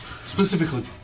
Specifically